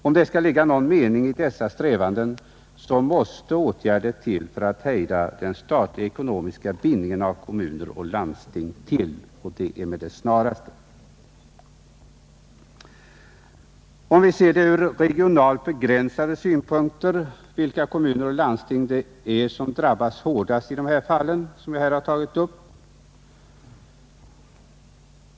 Om det skall ligga någon mening i dessa strävanden, måste åtgärder till för att hejda den statliga ekonomiska bindningen av kommuner och landsting och det med det snaraste. Om vi ser det här ur regionalt begrär.sade synpunkter, vilka kommuner och landsting är det då som drabbas hårdast i de fall jag här har tagit upp?